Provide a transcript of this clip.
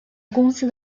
公司